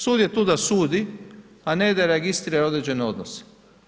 Sud je tu da sudi, a ne da registrira određene odnose.